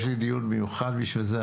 יש לי דיון מיוחד בנושא הזה,